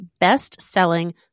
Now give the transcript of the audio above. best-selling